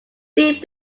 phi